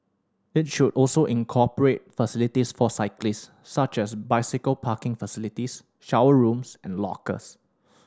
it should also incorporate facilities for cyclist such as bicycle parking facilities shower rooms and lockers